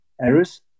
errors